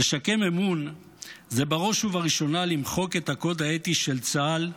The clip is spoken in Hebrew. לשקם אמון זה בראש ובראשונה למחוק את הקוד האתי של צה"ל,